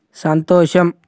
సంతోషం